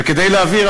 וכדי להבהיר,